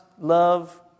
love